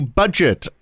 budget